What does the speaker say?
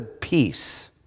peace